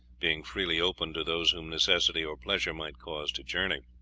being freely opened to those whom necessity or pleasure might cause to journey.